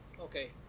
Okay